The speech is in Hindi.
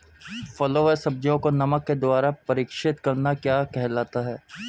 फलों व सब्जियों को नमक के द्वारा परीक्षित करना क्या कहलाता है?